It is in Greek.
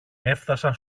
έφθασαν